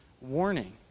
warning